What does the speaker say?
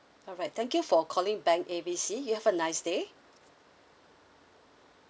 alright thank you for calling bank A B C you have a nice day